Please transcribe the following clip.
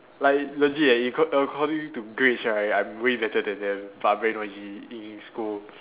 like legit eh you accord~ according to grades right I'm way better than them but I very noisy in school